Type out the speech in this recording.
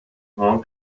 هام